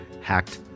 hacked